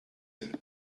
œufs